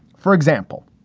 for example.